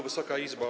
Wysoka Izbo!